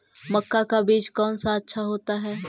मक्का का बीज कौन सा अच्छा होता है?